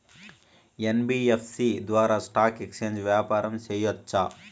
NBFC ద్వారా stock exchange వ్యాపారం సేయొచ్చా?